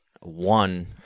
one